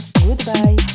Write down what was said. goodbye